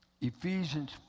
Ephesians